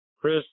Chris